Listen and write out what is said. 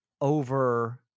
over